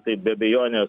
tai be abejonės